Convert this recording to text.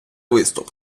виступ